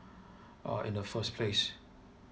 uh in the first place